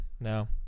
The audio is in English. no